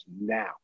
now